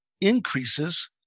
increases